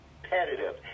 competitive